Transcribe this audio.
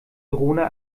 drohne